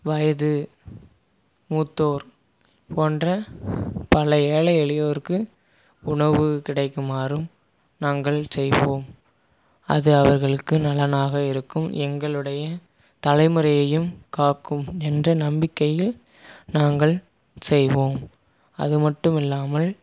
வயது மூத்தோர் போன்ற பல ஏழை எளியோருக்கு உணவு கிடைக்குமாறும் நாங்கள் செய்வோம் அது அவர்களுக்கு நலனாக இருக்கும் எங்களுடைய தலைமுறையையும் காக்கும் என்ற நம்பிக்கையில் நாங்கள் செய்வோம் அது மட்டும் இல்லாமல்